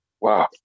Wow